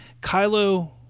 Kylo